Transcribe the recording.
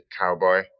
Cowboy